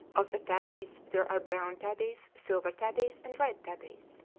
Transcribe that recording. of the tabbies, there are brown tabbies, silver tabbies, and red tabbies.